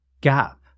gap